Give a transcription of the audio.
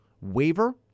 waiver